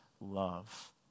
love